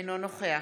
אינו נוכח